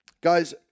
Guys